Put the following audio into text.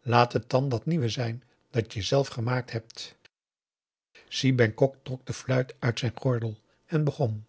laat het dan dat nieuwe zijn dat je zelf gemaakt hebt si bengkok trok de fluit uit zijn gordel en begon